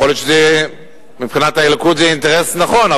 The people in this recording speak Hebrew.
יכול להיות שמבחינת הליכוד זה אינטרס נכון,